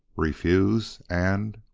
refuse, and